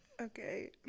okay